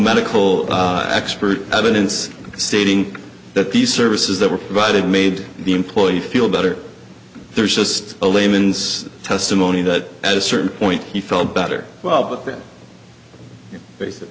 medical expert evidence stating that these services that were provided made the employee feel better there's just a layman's testimony that at a certain point he felt better well b